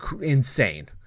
Insane